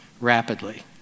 rapidly